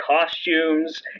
costumes